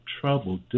trouble